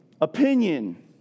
opinion